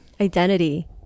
Identity